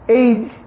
age